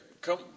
come